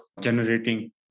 generating